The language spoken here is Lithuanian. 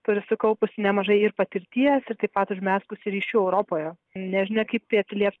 turi sukaupusi nemažai ir patirties ir taip pat užmezgusi ryšių europoje nežinia kaip tai atsilieps